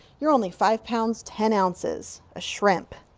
you're only five pounds ten ounces. a shrimp.